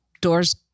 doors